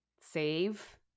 save